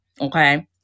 Okay